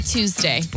Tuesday